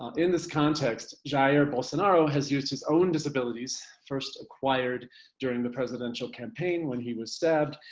um in this context, jair bolsonaro has used his own disabilities, first acquired during the presidential campaign when he was stabbed,